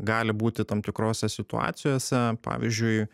gali būti tam tikrose situacijose pavyzdžiui